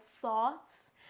thoughts